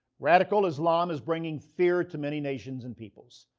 radical islam is bringing fear to many nations and peoples.